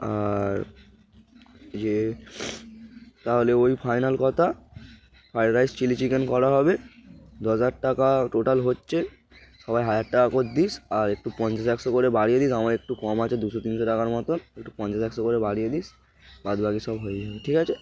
আর যে তাহলে ওই ফাইনাল কথা ফ্রায়েড রাইস চিলি চিকেন করা হবে দশ হাজার টাকা টোটাল হচ্ছে সবাই হাজার টাকা করে দিস আর একটু পঞ্চাশ একশো করে বাড়িয়ে দিস আমার একটু কম আছে দুশো তিনশো টাকার মতো একটু পঞ্চাশ একশো করে বাড়িয়ে দিস বাদ বাকি সব হয়ে যাবে ঠিক আছে